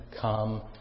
come